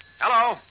Hello